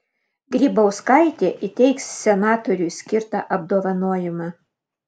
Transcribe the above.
grybauskaitė įteiks senatoriui skirtą apdovanojimą